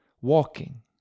walking